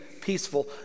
peaceful